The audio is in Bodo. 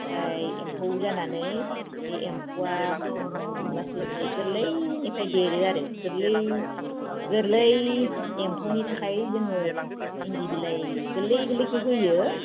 आमफ्राय एमफौ जानानै बे एमफौआ लासै लासै गोरलैनिफ्राय देरो आरो गोरलै गोरलै एमफौनिथाखाय जोङो इन्दि बिलाइ गोरलै गोरलैखौ होयो